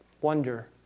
wonder